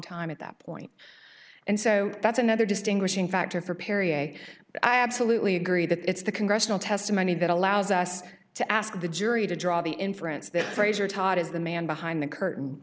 time at that point and so that's another distinguishing factor for perrier but i absolutely agree that it's the congressional testimony that allows us to ask the jury to draw the inference that fraser todd is the man behind the curtain